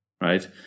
right